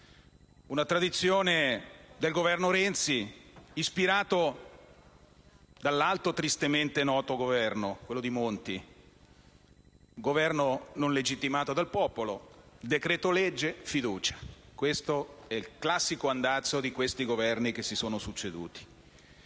una tradizione del Governo Renzi ispirata dall'altro tristemente noto Governo, quello di Monti, un Governo non legittimato dal popolo. Decreto-legge e fiducia: il classico andazzo di questi Governi che si sono succeduti.